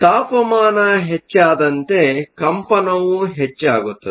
ತಾಪಮಾನ ಹೆಚ್ಚಾದಂತೆ ಕಂಪನವು ಹೆಚ್ಚಾಗುತ್ತದೆ